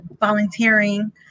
volunteering